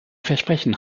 versprechen